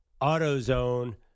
AutoZone